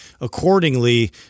accordingly